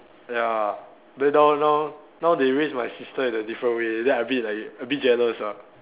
ya then now now now they raise my sister in a different way then I a bit like a bit jealous lah